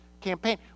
campaign